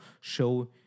show